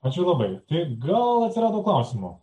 ačiū labai tai gal atsirado klausimų